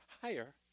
higher